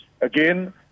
Again